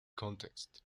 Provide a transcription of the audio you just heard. context